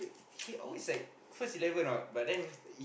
he always like first eleven what but then